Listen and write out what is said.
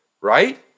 right